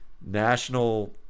national